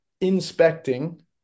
inspecting